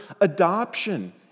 adoption